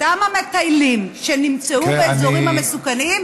אותם המטיילים שנמצאו באזורים המסוכנים,